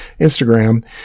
Instagram